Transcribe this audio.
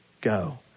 go